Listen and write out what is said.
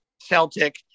Celtic